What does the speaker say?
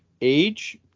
age